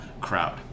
crowd